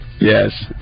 Yes